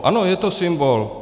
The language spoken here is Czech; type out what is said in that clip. Ano, je to symbol.